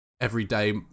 everyday